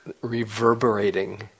reverberating